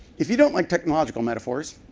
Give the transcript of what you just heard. if you don't like technological metaphors,